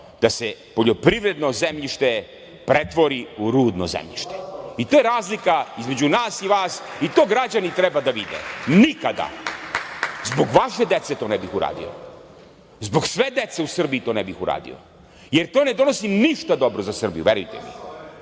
da se poljoprivredno zemljište pretvori u rudno zemljište i to je razlika između nas i vas i to građani treba da vide. Nikada, zbog vaše dece to ne bih uradio. Zbog sve dece u Srbiji to ne bih uradio, jer to ne donosi ništa dobro za Srbiju, verujte mi.